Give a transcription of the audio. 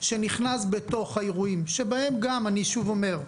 שנכנס בתוך האירועים, שבהם אני שוב אומר: